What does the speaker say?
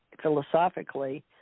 philosophically